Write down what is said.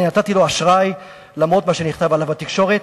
אני נתתי לו אשראי, למרות מה שנכתב עליו בתקשורת.